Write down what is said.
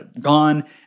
gone